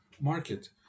market